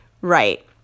Right